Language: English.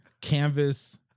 canvas